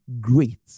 great